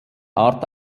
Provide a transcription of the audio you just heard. art